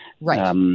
Right